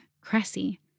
Cressy